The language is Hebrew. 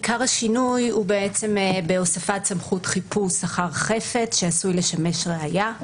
עיקר השינוי הוא בהוספת סמכות חיפוש אחר חפץ שעשוי לשמש ראיה.